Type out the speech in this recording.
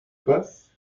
passe